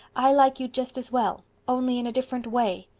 i like you just as well, only in a different way.